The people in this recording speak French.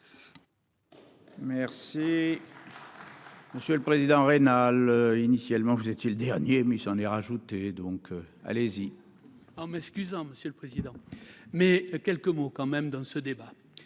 Merci. Monsieur le Président rénale initialement vous étiez le dernier mais j'en ai rajouté donc allez-y. Mais ce Usain monsieur le Président, mais quelques mots quand même dans ce débat